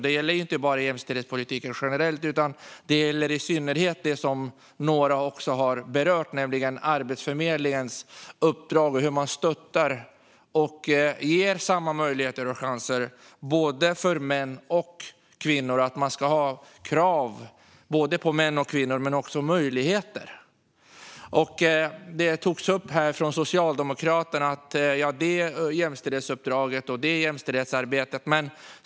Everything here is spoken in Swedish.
Det gäller inte bara jämställdhetspolitiken generellt, utan det gäller i synnerhet något som några har berört, nämligen Arbetsförmedlingens uppdrag och hur man stöttar och ger män och kvinnor samma möjligheter. Det ska finnas krav på både män och kvinnor, men det ska också finnas möjligheter. Jämställdhetsuppdraget och jämställdhetsarbetet togs upp av Socialdemokraterna.